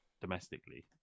domestically